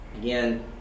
again